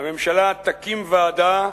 הממשלה תקים ועדה